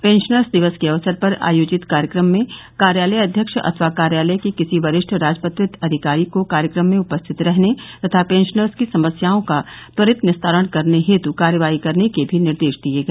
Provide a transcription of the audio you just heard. pensioners दिवस के अवसर पर आयोजित कार्यक्रम में कार्यालयाध्यक्ष अथवा कार्यालय के किसी वरिष्ठ राजपत्रित अधिकारी को कार्यक्रम में उपस्थित रहने तथा पेंशनर्स की समस्याओं का त्वरित निस्तारण करने हेतु कार्यवाही करने के भी निर्देश दिया गया